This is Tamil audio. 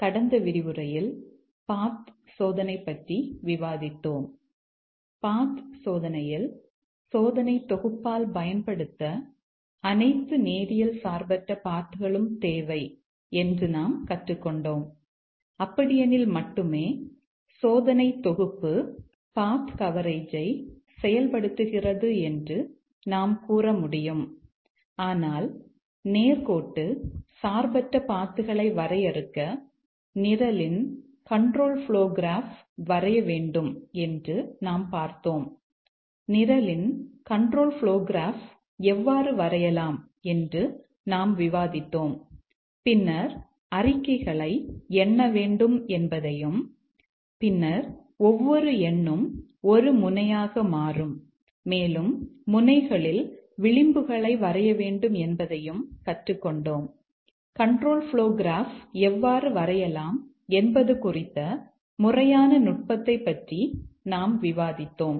கடந்த விரிவுரையில் பாத் எவ்வாறு வரையலாம் என்பது குறித்த முறையான நுட்பத்தைப் பற்றி நாம்விவாதித்தோம்